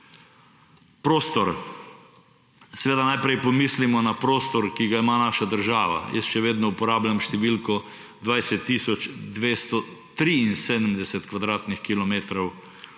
Prostor. Seveda najprej pomislimo na prostor, ki ga ima naša država. Jaz še vedno uporabljam številko 20 tisoč